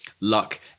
luck